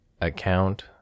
Account